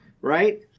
Right